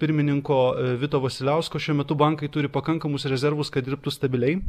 pirmininko vito vasiliausko šiuo metu bankai turi pakankamus rezervus kad dirbtų stabiliai